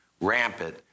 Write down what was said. rampant